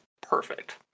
perfect